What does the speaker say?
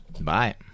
bye